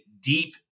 deep